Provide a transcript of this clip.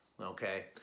Okay